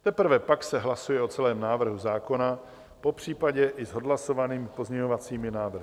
Teprve pak se hlasuje o celém návrhu zákona, popřípadě i s odhlasovanými pozměňovacími návrhy.